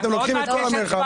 אתם לוקחים את כל המרחב,